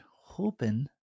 hoping